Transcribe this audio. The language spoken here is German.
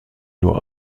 nur